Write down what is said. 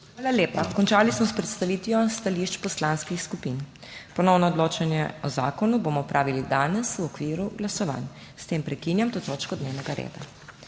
Hvala lepa. Končali smo s predstavitvijo stališč poslanskih skupin. Ponovno odločanje o zakonu bomo opravili danes v okviru glasovanj. S tem prekinjam to točko dnevnega reda.